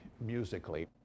musically